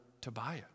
Tobiah